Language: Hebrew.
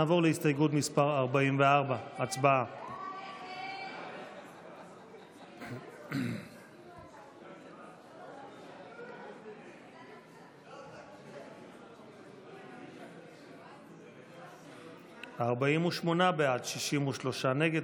נעבור להסתייגות מס' 42. הצבעה.